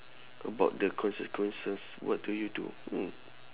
about the consequences what do you do mm